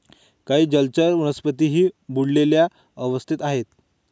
काही जलचर वनस्पतीही बुडलेल्या अवस्थेत आहेत